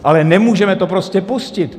Ale nemůžeme to prostě pustit!